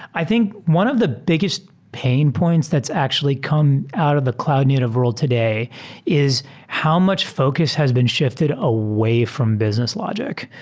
i think one of the biggest pain points that's actually come out of the cloud native wor ld today is how much focus has been shifted away from business logic.